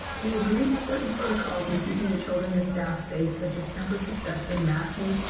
we agree to certain protocols in keeping the children and staff safe, such as temperature checks and masking,